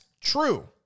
true